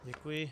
Děkuji.